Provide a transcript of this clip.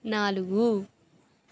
నాలుగు